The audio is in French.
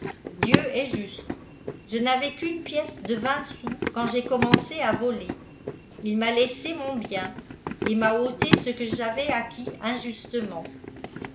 dieu est juste je n'avais quiine pièce dç vijigt mis quand j'ai commencé à voler il m'a laissé mon et bien et tti'a ôté ce que j'avais acquis injustement